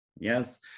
yes